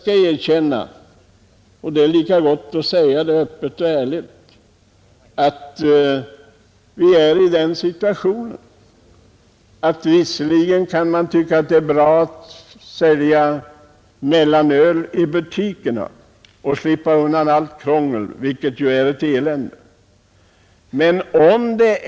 Visserligen kan det sägas att det är bra att mellanölet säljs i butikerna, så att man kan undvika krångel, vilket ju alltid är ett elände.